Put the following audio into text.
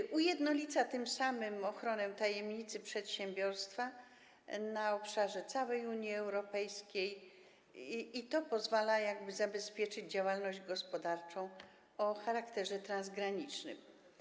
Tym samym ujednolica ona ochronę tajemnicy przedsiębiorstwa na obszarze całej Unii Europejskiej i to pozwala jakby zabezpieczyć działalność gospodarczą o charakterze transgranicznym.